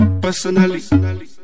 personally